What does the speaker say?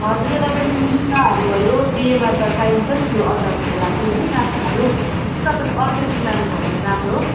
हजुर यो तपाईँले मुलाहरू भयो बिहेमा त चाहिन्छ नि त्यो आचारहरूको लागि होइन काँक्राहरू त्यो चाहिँ तपाईँले अर्ग्यानिक लानुभयो भने राम्रो